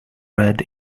red